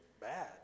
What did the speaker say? bad